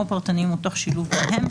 או פרטניים או תוך שילוב ביניהם,